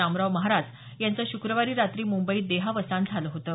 रामराव महाराज यांचं शुक्रवारी रात्री मुंबईत देहावसान झालं होतं